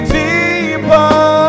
deeper